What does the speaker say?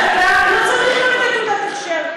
בטוחה שאתה לא צריך לתת תעודת הכשר,